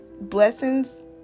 Blessings